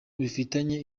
bifitanye